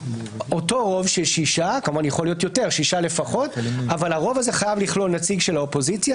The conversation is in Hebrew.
אותו רוב של שישה לפחות חייב לכלול נציג של האופוזיציה,